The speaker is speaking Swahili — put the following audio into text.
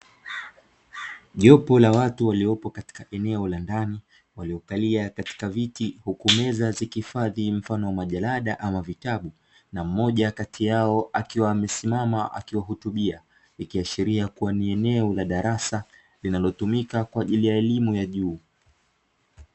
Jopo la watu waliopo katika eneo la ndani, waliokalia katika viti, huku meza zikihifadhi mfano wa majalada ama vitabu, na mmoja kati yao akiwa amesimama akiwahutubia. Ikiashiria kuwa ni eneo la darasa linalotumika kwa ajili ya elimu ya juu .